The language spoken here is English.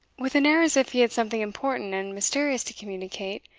with an air as if he had something important and mysterious to communicate,